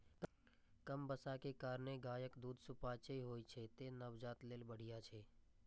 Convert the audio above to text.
कम बसा के कारणें गायक दूध सुपाच्य होइ छै, तें नवजात लेल बढ़िया छै